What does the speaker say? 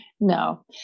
No